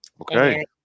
Okay